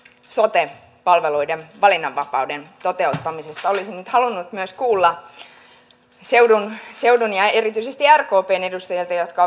sote palveluiden valinnanvapauden toteuttamisesta olisin nyt halunnut kuulla myös seudun ja ja erityisesti rkpn edustajilta jotka